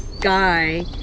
guy